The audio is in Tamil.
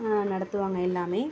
நடத்துவாங்க எல்லாமே